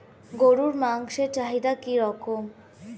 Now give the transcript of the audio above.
গরুর মাংসের চাহিদা কি রকম?